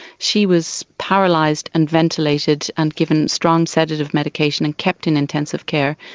she was paralysed and ventilated and given strong sedative medication and kept in intensive care.